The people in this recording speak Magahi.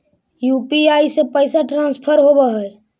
यु.पी.आई से पैसा ट्रांसफर होवहै?